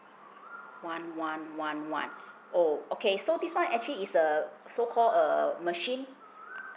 one one one one oh okay so this one actually is a so called err machine